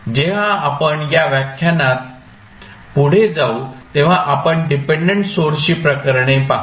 जेव्हा आपण या व्याख्यानात पुढे जाऊ तेव्हा आपण डिपेंडंट सोर्स ची प्रकरणे पाहू